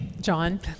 John